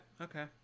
okay